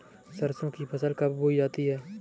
सरसों की फसल कब बोई जाती है?